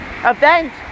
event